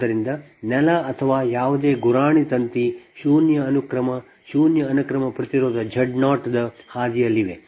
ಆದ್ದರಿಂದ ನೆಲ ಅಥವಾ ಯಾವುದೇ ಗುರಾಣಿ ತಂತಿ ಶೂನ್ಯ ಅನುಕ್ರಮ ಮತ್ತು ಶೂನ್ಯ ಅನುಕ್ರಮ ಪ್ರತಿರೋಧ Z 0 ದ ಹಾದಿಯಲ್ಲಿದೆ